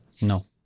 No